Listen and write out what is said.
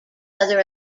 other